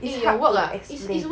is hard work yesterday